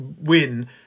win